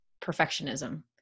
perfectionism